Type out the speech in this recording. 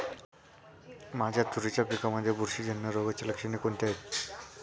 माझ्या तुरीच्या पिकामध्ये बुरशीजन्य रोगाची लक्षणे कोणती आहेत?